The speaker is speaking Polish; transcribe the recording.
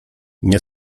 nie